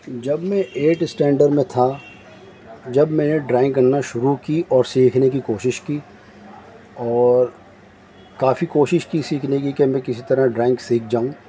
جب میں eight standard میں تھا جب میں نے ڈرائنگ کرنا شروع کی اور سیکھنے کی کوشش کی اور کافی کوشش کی سیکھنے کی کہ میں کسی طرح ڈرائنگ سیکھ جاؤں